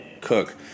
cook